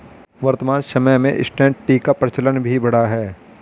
वर्तमान समय में इंसटैंट टी का प्रचलन भी बढ़ा है